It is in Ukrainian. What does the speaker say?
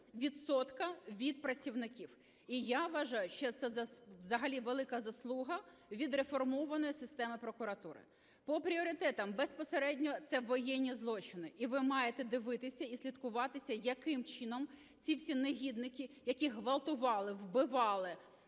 відсотка від працівників. І я вважаю, що це взагалі велика заслуга від реформованої системи прокуратури. По пріоритетам. Безпосередньо це воєнні злочини, і ви маєте дивитися і слідкувати, яким чином ці всі негідники, які ґвалтували, вбивали,